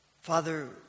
Father